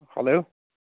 hello